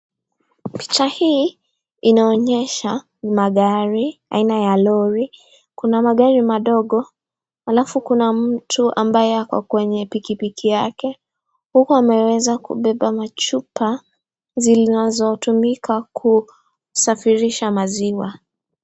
Picha hii inaonyesha magari aina ya Lori, Kuna magari madogo, alafu Kuna mtu ambaye ako kwenye piki piki yake huku ameweza kubeba machupa zinazo tumika kusafirisha maziwa.